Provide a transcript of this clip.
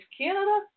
Canada